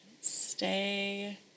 Stay